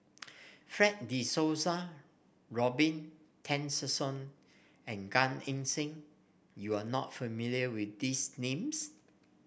Fred De Souza Robin Tessensohn and Gan Eng Seng you are not familiar with these names